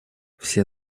все